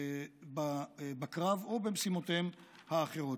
בקרב או במשימותיהם האחרות.